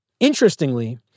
Interestingly